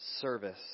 Service